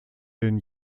den